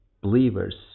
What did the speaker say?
believers